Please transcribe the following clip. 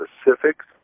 specifics